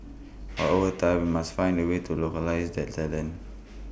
but over time we must find the ways to localise that talent